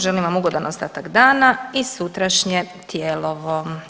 Želim vam ugodan ostatak dana i sutrašnje Tijelovo.